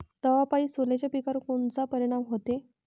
दवापायी सोल्याच्या पिकावर कोनचा परिनाम व्हते?